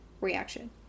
reaction